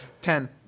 Ten